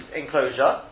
enclosure